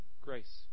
grace